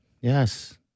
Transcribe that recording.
Yes